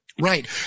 Right